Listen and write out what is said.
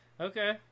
Okay